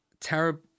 terrible